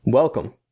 Welcome